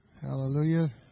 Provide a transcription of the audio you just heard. Hallelujah